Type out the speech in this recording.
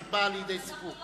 את באה לידי סיפוק.